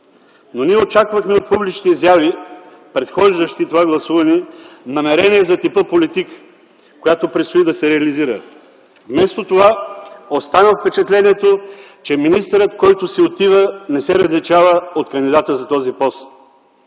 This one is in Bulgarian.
Но ние очаквахме от публични изяви, предхождащи това гласуване, намерение за типа политика, която предстои да се реализира. Вместо това остана впечатлението, че министърът, който си отива, не се различава от кандидата за този пост.